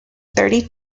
thirty